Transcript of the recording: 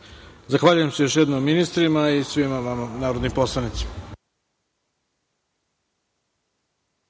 glasanje. Zahvaljujem se još jednom ministrima i svima vama narodnim poslanicima.